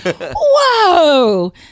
whoa